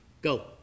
Go